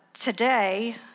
Today